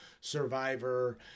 survivor